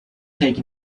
take